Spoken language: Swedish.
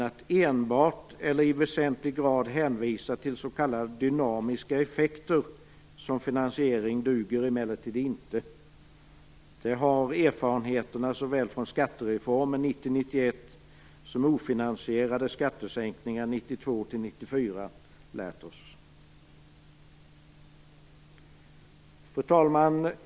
Att enbart eller i väsentlig grad hänvisa till s.k. dynamiska effekter som finansiering duger emellertid inte - det har erfarenheterna från såväl skattereformen från 1992-94 lärt oss. Fru talman!